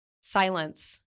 silence